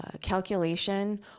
calculation